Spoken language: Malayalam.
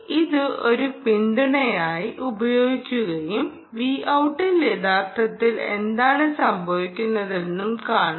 ഇത് ഒരു പിന്തുണയായി ഉപയോഗിക്കുകയും Vout ൽ യഥാർത്ഥത്തിൽ എന്താണ് സംഭവിക്കുന്നതെന്നും കാണാം